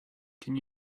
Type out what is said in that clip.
can